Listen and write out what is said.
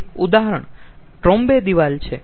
એક ઉદાહરણ ટ્રોમ્બે દિવાલ છે